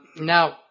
Now